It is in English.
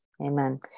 Amen